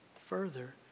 further